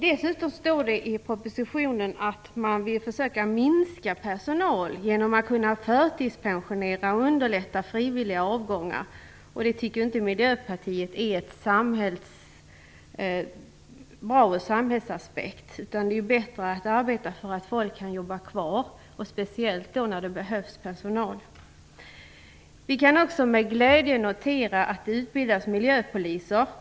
Dessutom står det i propositionen att man vill försöka att minska personal genom förtidspensionering och genom att underlätta för frivilliga avgångar. Det tycker inte Miljöpartiet är bra från samhällssynpunkt. Det är ju bättre att arbeta för att folk kan jobba kvar, speciellt när det behövs personal. Vi kan också med glädje notera att det utbildas miljöpoliser.